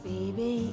Baby